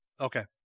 Okay